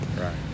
Right